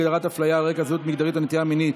הגדרת הפליה על רקע זהות מגדרית או נטייה מינית),